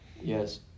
yes